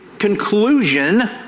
conclusion